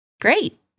great